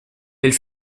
elle